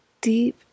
deep